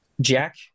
Jack